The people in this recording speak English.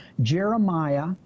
Jeremiah